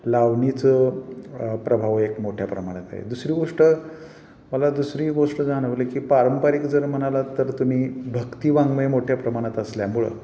लावणीचं प्रभाव एक मोठ्या प्रमाणात आहे दुसरी गोष्ट मला दुसरी गोष्ट जाणवली की पारंपरिक जर म्हणालात तर तुम्ही भक्ती वाङ्मय मोठ्या प्रमाणात असल्यामुळं